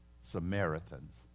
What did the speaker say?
Samaritans